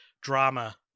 drama